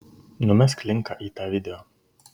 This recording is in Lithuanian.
numesk linką į tą video